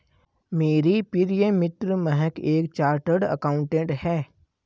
मेरी प्रिय मित्र महक एक चार्टर्ड अकाउंटेंट है